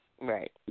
right